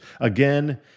Again